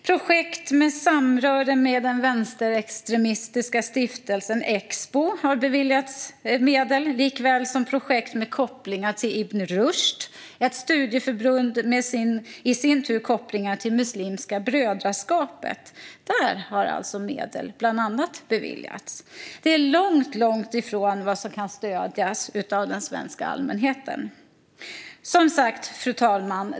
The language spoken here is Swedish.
Projekt som har samröre med den vänsterextrema stiftelsen Expo har beviljats medel, liksom projekt med kopplingar till Ibn Rushd - ett studieförbund som i sin tur har kopplingar till Muslimska brödraskapet. Bland annat dessa har alltså beviljats medel. Det är långt ifrån vad som kan stödjas av den svenska allmänheten. Fru talman!